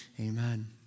Amen